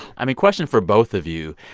i mean, question for both of you.